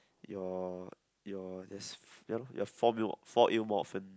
your your let's ya lor your for ill fall ill more often